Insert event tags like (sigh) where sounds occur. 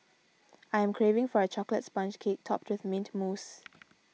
(noise) I am craving for a Chocolate Sponge Cake Topped with Mint Mousse